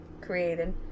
created